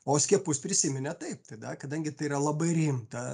o skiepus prisiminė taip tada kadangi tai yra labai rimta